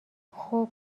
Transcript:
خوب